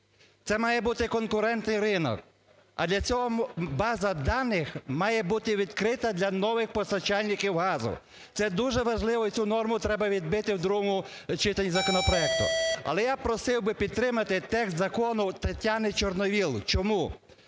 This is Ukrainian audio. Це має бути конкурентний ринок, а для цього база даних має бути відкрита для нових постачальників газу. Це дуже важливо і цю норму треба відбити у другому читанні законопроекту. Але я просив би підтримати текст закону Тетяни Чорновол. Чому?